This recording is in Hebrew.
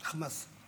החמאס.